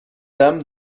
dame